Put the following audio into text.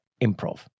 improv